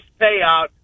payout